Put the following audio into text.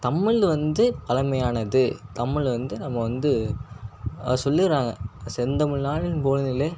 தமிழ் வந்து பழமையானது தமிழ் வந்து நம்ம வந்து சொல்லுகிறாங்க செந்தமிழ் நாடெனும் போதினிலே